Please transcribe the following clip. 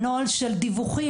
הנוהל של דיווחים,